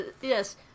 Yes